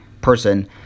person